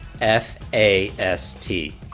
F-A-S-T